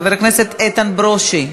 חבר הכנסת איתן ברושי,